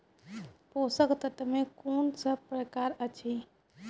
पोसक तत्व मे कून सब प्रकार अछि?